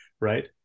right